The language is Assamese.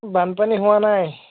বানপানী হোৱা নাই